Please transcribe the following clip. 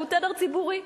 שהוא תדר ציבורי.